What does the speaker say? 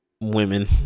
women